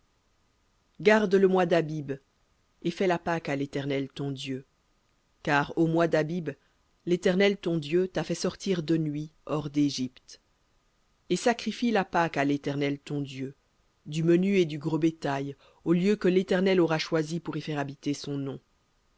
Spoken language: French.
garde le mois d'abib et fais la pâque à l'éternel ton dieu car au mois d'abib l'éternel ton dieu t'a fait sortir de nuit hors dégypte et sacrifie la pâque à l'éternel ton dieu du menu et du gros bétail au lieu que l'éternel aura choisi pour y faire habiter son nom